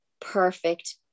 perfect